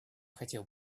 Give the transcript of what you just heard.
хотел